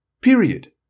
Period